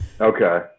Okay